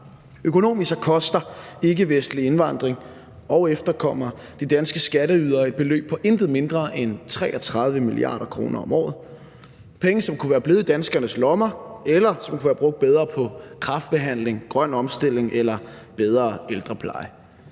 Økonomisk koster ikkevestlige indvandrere og efterkommere de danske skatteydere et beløb på intet mindre end 33 mia. kr. om året – penge, som kunne være blevet i danskernes lommer, eller som kunne være brugt bedre på kræftbehandling, grøn omstilling eller en bedre ældrepleje.